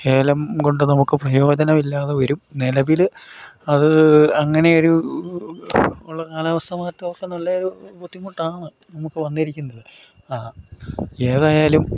ഏലം കൊണ്ട് നമുക്ക് പ്രയോജനമില്ലാതെ വരും നിലവിൽ അത് അങ്ങനെ ഒരു ഉള്ള കാലാവസ്ഥ മാറ്റമൊക്കെ നല്ല ബുദ്ധിമുട്ടാണ് നമുക്ക് വന്നിരിക്കുന്നത് ആ ഏതായാലും